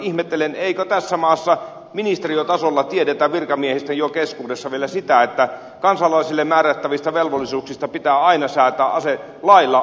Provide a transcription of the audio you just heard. ihmettelen eikö tässä maassa ministeriötasolla tiedetä virkamiehistön keskuudessa vielä sitä että kansalaisille määrättävistä velvollisuuksista pitää aina säätää lailla